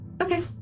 Okay